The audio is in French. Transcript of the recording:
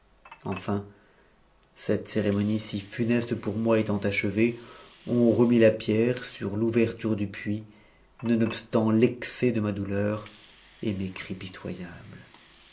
enfin cette cérémonie si funeste pour moi étant achevée on remit la pierre sur tmverturedu puits nonobstant l'excès de ma douleur et mes cris pitoy